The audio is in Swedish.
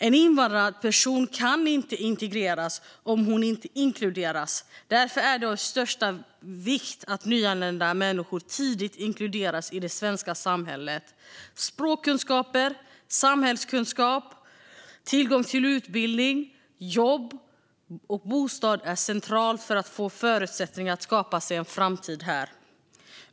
En invandrad person kan inte integreras om hon inte inkluderas. Därför är det av största vikt att nyanlända människor tidigt inkluderas i det svenska samhället. Språkkunskaper, samhällskunskap, tillgång till utbildning, jobb och bostad är centralt för att få förutsättningar att skapa sig en framtid här.